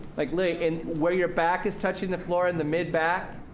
like lay in where your back is touching the floor in the mid-back.